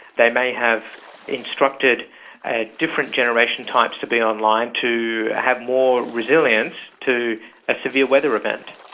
they may have instructed ah different generation types to be online to have more resilience to a severe weather event.